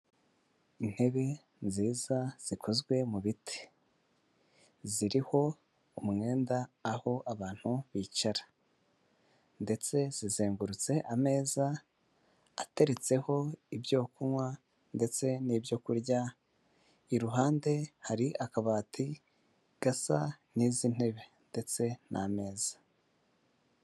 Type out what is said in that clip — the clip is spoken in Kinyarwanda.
Intebe nziza zikozwe mu biti, ziriho umwenda aho abantu bicara ndetse zizengurutse ameza ateretseho ibyo kunywa ndetse n'ibyo kurya, iruhande hari akabati gasa n'izi ntebe ndetse n'ameza.